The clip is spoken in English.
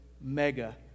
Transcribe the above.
mega